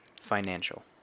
financial